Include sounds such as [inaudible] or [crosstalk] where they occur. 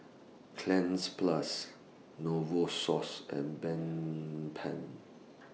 Cleanz Plus Novosource and [unintelligible]